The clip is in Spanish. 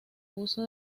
uso